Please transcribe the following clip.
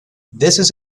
this